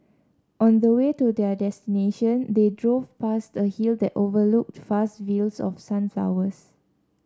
on the way to their destination they drove past a hill that overlooked vast fields of sunflowers